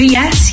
yes